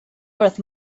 worth